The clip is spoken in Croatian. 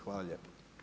Hvala lijepo.